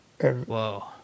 Whoa